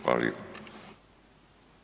Hvala lijepo.